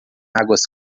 águas